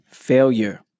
Failure